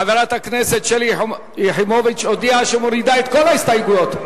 חברת הכנסת שלי יחימוביץ הודיעה שהיא מורידה את כל ההסתייגויות.